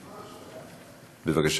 בבקשה.